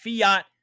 fiat